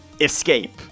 ESCAPE